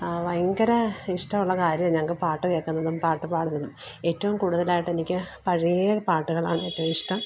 ഭയങ്കര ഇഷ്ട്ടമുള്ള കാര്യാമാണ് ഞങ്ങൾക്ക് പാട്ടു കേൾക്കുന്നതും പാട്ട് പാടുന്നതും ഏറ്റവും കൂടുതലായിട്ട് എനിക്ക് പഴയ പാട്ടുകളാണ് ഏറ്റോം ഇഷ്ട്ടം